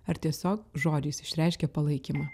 ar tiesiog žodžiais išreiškia palaikymą